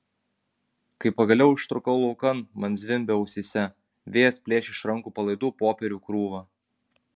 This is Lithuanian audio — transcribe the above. kai pagaliau ištrūkau laukan man zvimbė ausyse vėjas plėšė iš rankų palaidų popierių krūvą